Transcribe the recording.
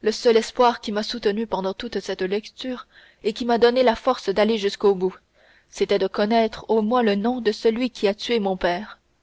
le seul espoir qui m'a soutenu pendant toute cette lecture et qui m'a donné la force d'aller jusqu'au bout c'était de connaître au moins le nom de celui qui a tué mon père